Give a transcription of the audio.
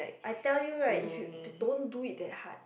I tell you right you should don't do it that hard